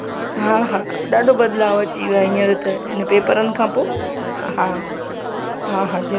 हा हा ॾाढो बदिलावु अची वियो आहे इन पेपरनि खां पोइ हा हा हा ज़रूरु